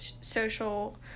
social